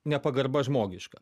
nepagarba žmogiška